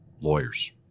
lawyers